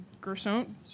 Gerson